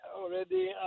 already